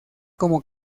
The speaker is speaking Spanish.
como